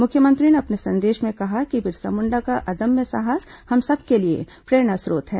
मुख्यमंत्री ने अपने संदेश में कहा है कि बिरसा मुण्डा का अदम्य साहस हम सबके लिए प्रेरणा स्प्रोत है